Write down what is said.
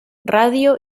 radio